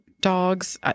Dogs